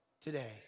today